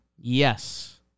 Yes